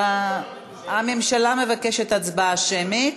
הממשלה מבקשת הצבעה שמית,